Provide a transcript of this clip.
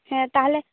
ᱦᱮᱸ ᱛᱟᱦᱚᱞᱮ